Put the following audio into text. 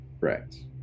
Right